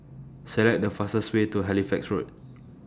Select The fastest Way to Halifax Road